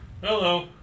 Hello